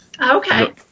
Okay